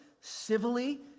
civilly